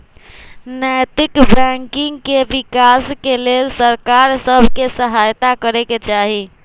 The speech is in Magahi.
नैतिक बैंकिंग के विकास के लेल सरकार सभ के सहायत करे चाही